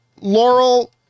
Laurel